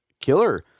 killer